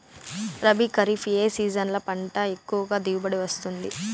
రబీ, ఖరీఫ్ ఏ సీజన్లలో పంట ఎక్కువగా దిగుబడి వస్తుంది